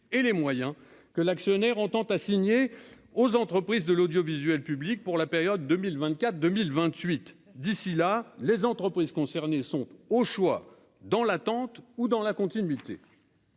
et les moyens que l'actionnaire entend assigner aux entreprises de l'audiovisuel public pour la période 2024 2028 d'ici là, les entreprises concernées sont au choix dans l'attente ou dans la continuité